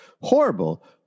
horrible